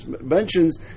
mentions